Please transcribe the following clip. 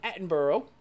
Attenborough